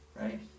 Right